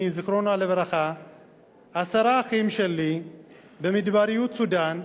זיכרונה לברכה ועשרה אחים שלי במדבריות סודן,